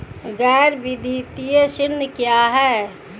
गैर वित्तीय ऋण क्या है?